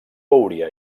hauria